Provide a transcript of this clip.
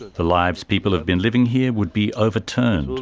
the lives people have been living here would be overturned,